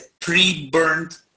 pre-burned